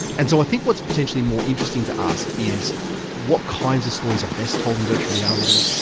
and so i think what is potentially more interesting to ask is what kinds of stories are best told in virtual reality,